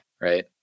Right